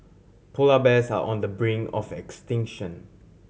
polar bears are on the brink of extinction